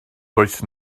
does